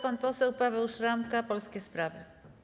Pan poseł Paweł Szramka, Polskie Sprawy.